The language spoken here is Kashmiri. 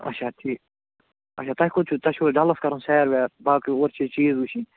اَچھا ٹھیٖک اَچھا تۄہہِ کوٚت چھُو تۄہہِ چھُو حظ ڈَلَس کَرُن سیر ویر باقٕے اورٕ چھِ یہِ چیٖز وُچھِنۍ